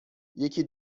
یکی